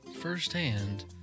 firsthand